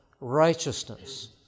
righteousness